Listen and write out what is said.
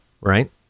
right